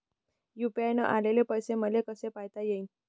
UPI न आलेले पैसे मले कसे पायता येईन?